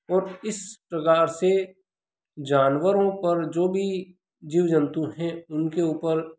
और इस प्रकार से जानवरों पर जो भी जीव जन्तु हैं उनके ऊपर